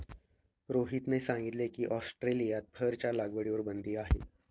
रोहितने सांगितले की, ऑस्ट्रेलियात फरच्या लागवडीवर बंदी आहे